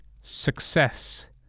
Success